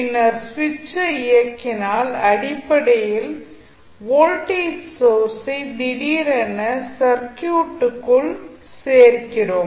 பின்னர் சுவிட்சை இயக்கினால் அடிப்படையில் வோல்டேஜ் சோர்ஸை திடீரென சர்க்யூட்டுக்குள் சேர்க்கிறோம்